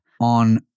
on